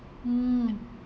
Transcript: mm